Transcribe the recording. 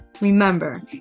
Remember